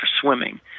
swimming